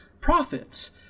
profits